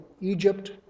egypt